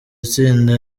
tsinda